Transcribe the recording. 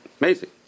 Amazing